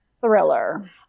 Thriller